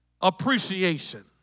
appreciation